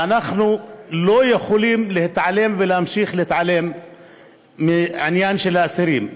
ואנחנו לא יכולים להתעלם ולהמשיך להתעלם מהעניין של האסירים.